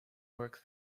work